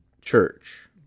church